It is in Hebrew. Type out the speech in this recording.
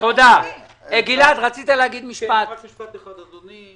רק משפט אחד, אדוני.